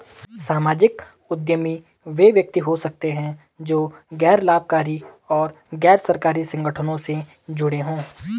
सामाजिक उद्यमी वे व्यक्ति हो सकते हैं जो गैर लाभकारी और गैर सरकारी संगठनों से जुड़े हों